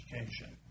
education